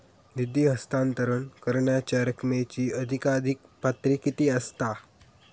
निधी हस्तांतरण करण्यांच्या रकमेची अधिकाधिक पातळी किती असात?